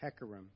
Hecarim